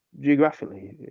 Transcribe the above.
geographically